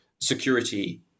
security